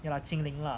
ya lah 精灵 lah